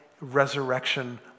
resurrection